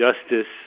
justice